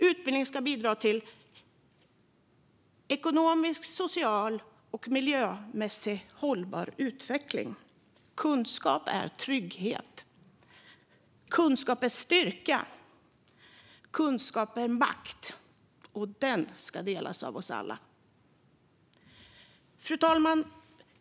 Utbildning ska bidra till ekonomiskt, socialt och miljömässigt hållbar utveckling. Kunskap är trygghet. Kunskap är styrka. Kunskap är makt, och den ska delas av oss alla. Fru talman!